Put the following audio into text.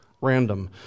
random